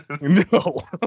no